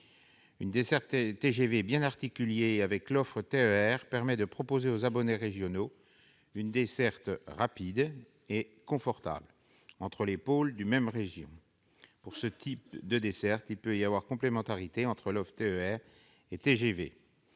Une desserte TGV bien articulée avec l'offre TER permet de proposer aux abonnés régionaux un service rapide et confortable entre les grands pôles d'une même région. Pour ce type de desserte, il peut y avoir complémentarité entre les offres TER et TGV.